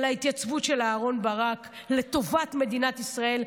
על ההתייצבות של אהרן ברק לטובת מדינת ישראל,